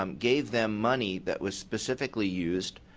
um gave them money that was specifically used